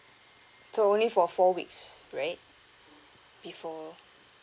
so only for four weeks right before